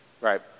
Right